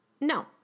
No